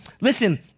Listen